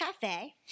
cafe